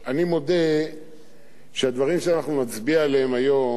אני מודה שהדברים שנצביע עליהם היום,